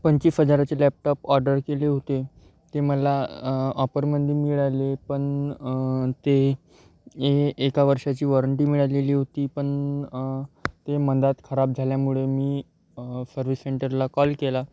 पंचवीस हजाराचे laptop order केले होते ते मला ऑपरमध्ये मिळाले पण ते ए एका वर्षाची वॉरंटी मिळालेली होती पण ते मधेच खराब झाल्यामुळे मी सर्विस सेंटरला कॉल केला